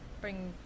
bring